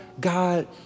God